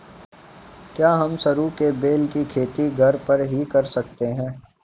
क्या हम सरू के बेल की खेती घर पर ही कर सकते हैं?